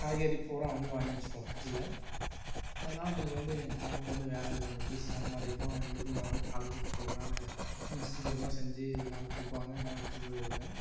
காய்கறி பூராக வந்து வாங்கி வச்சுக்குவோம் ஃபிரிட்ஜில் அதனால எங்களுக்கு வந்து எங்கள் அம்மாவுக்கு வந்து வேலை கொஞ்சம் ஈஸியான மாதிரி இருக்கும் எங்களுக்கும் நாங்களும் காலேஜுக்கு போகிறனால கொஞ்சம் சீக்கிரமாக செஞ்சு எல்லாம் கொடுப்பாங்க நாங்கள் எடுத்துட்டு போயிடுவோங்க